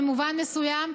במובן מסוים,